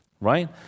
right